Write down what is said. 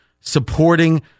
supporting